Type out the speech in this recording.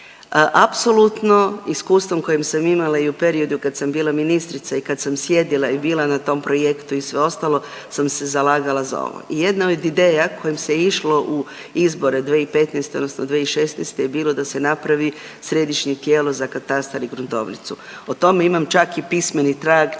Apsolutno iskustvom koje sam imala i u periodu kad sam bila ministrica i kad sam sjedila i bila na tom projektu i sve ostalo sam se zalagala za ovo i jedna od ideja kojom se išlo u izbore 2015., odnosno 2016. je bilo da se napravi središnje tijelo za katastar i gruntovnicu. O tome imam čak i pismeni trag,